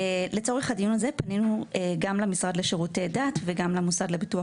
לצורך הדיון הזה פנינו גם למשרד לשירותי דת וגם למוסד לביטוח